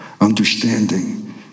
understanding